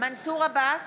מנסור עבאס,